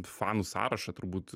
fanų sąrašą turbūt